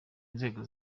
inzego